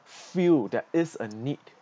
feel that it's a need